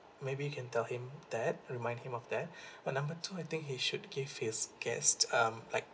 maybe you can tell him that remind him of that uh number two I think he should give his guest um like